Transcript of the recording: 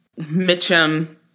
Mitchum